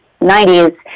90s